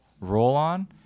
roll-on